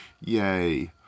Yay